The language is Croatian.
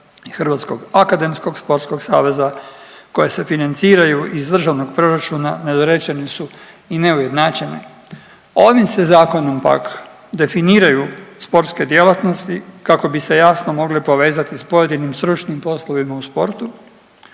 Hrvatskog akademskog sportskog saveza koje se financiraju iz državnog proračuna nedorečeni su i neujednačene. Ovim se zakonom pak definiraju sportske djelatnosti kako bi se jasno mogle povezati s pojedinim stručnim poslovima u sportu,